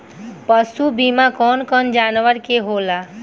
पशु बीमा कौन कौन जानवर के होला?